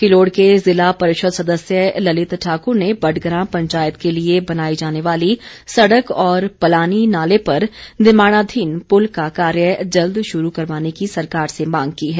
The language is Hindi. किलोड के ज़िला परिषद सदस्य ललित ठाक्र ने बडग्रां पंचायत के लिए बनाई जाने वाली सड़क और पलानी नाले पर निर्माणाधीन पुल का कार्य जल्द शुरू करवाने की सरकार से मांग की है